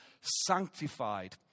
sanctified